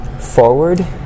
forward